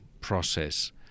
process